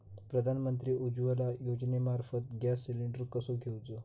प्रधानमंत्री उज्वला योजनेमार्फत gas cylinder कसो घेऊचो?